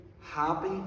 happy